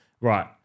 Right